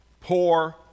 poor